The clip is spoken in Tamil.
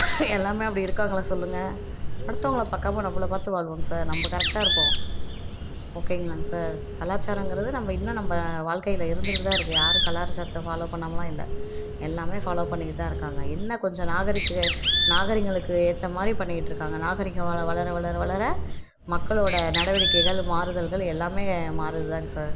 எல்லாம் அப்படி இருக்காங்களா சொல்லுங்கள் அடுத்தவங்களை பாக்காமல் நம்மள பார்த்து வாழ்வோம்ங்க சார் நம்ம கரெக்டாக இருப்போம் ஓகேங்களாங்க சார் கலாச்சாரம்ங்கிறது நம்ம இன்னும் நம்ம வாழ்க்கையில் இருந்துக்கிட்டுதான் இருக்குது யாரும் கலாச்சாரத்தை ஃபாலோ பண்ணாமல்லாம் இல்லை எல்லாம் ஃபாலோ பண்ணிக்கிட்டுதான் இருக்காங்க என்ன கொஞ்சம் நாகரீகம் நாகரீகங்களுக்கு ஏற்ற மாதிரி பண்ணிக்கிட்டுருக்காங்க நாகரீகம் வளர வளர வளர வளர மக்களோட நடவடிக்கைகள் மாறுதல்கள் எல்லாம் மாறுதுதான்ங்க சார்